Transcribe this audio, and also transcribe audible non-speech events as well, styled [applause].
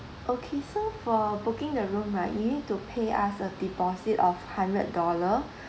okay so for booking the room right you need to pay us a deposit of hundred dollar [breath]